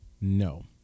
no